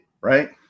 right